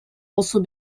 also